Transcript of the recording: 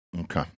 Okay